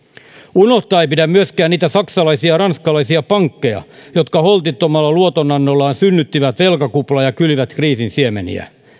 unohtaa ei pidä myöskään niitä saksalaisia ja ranskalaisia pankkeja jotka holtittomalla luotonannollaan synnyttivät velkakuplan ja kylvivät kriisin siemeniä